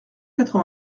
quatre